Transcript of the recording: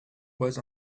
was